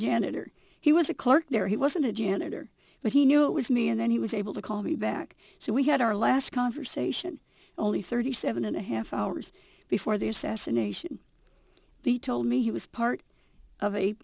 janitor he was a clerk there he wasn't a janitor but he knew it was me and then he was able to call me back so we had our last conversation only thirty seven and a half hours before the assassination he told me he was part of a